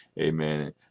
Amen